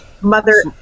Mother